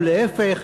ולהפך.